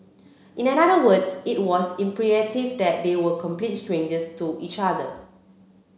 in another words it was imperative that they were complete strangers to each other